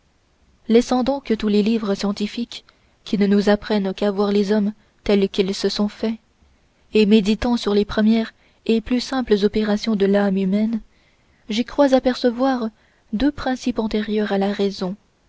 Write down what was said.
laissant donc tous les livres scientifiques qui ne nous apprennent qu'à voir les hommes tels qu'ils se sont faits et méditant sur les premières et plus simples opérations de l'âme humaine j'y crois apercevoir deux principes antérieurs à la raison